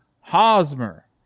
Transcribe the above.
Hosmer